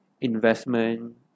investment